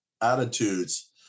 attitudes